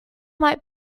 might